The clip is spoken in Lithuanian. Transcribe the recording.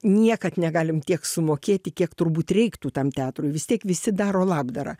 niekad negalim tiek sumokėti kiek turbūt reiktų tam teatrui vis tiek visi daro labdarą